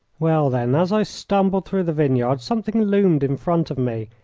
well, then, as i stumbled through the vineyard, something loomed in front of me,